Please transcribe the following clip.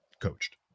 coached